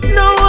no